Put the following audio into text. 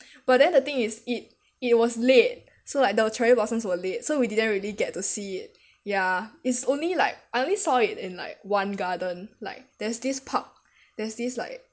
but then the thing is it it was late so like the cherry blossoms were late so we didn't really get to see it ya it's only like I only saw it in like one garden like there's this park there's this like